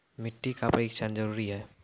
मिट्टी का परिक्षण जरुरी है?